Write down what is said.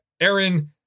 Aaron